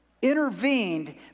intervened